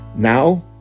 Now